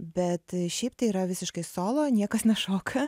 bet šiaip tai yra visiškai solo niekas nešoka